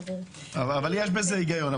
יש בזה היגיון.